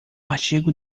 artigo